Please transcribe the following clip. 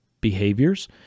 behaviors